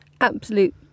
absolute